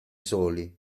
soli